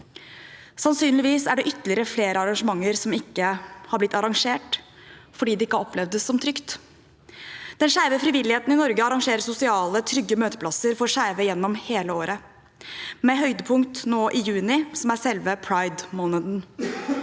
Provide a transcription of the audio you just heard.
Sannsynligvis er det flere arrangementer som ikke har blitt arrangert, fordi man ikke har opplevd det som trygt. Den skeive frivilligheten i Norge arrangerer sosiale, trygge møteplasser for skeive gjennom hele året, med høydepunkt nå i juni, som er selve pridemåneden.